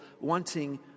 wanting